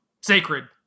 sacred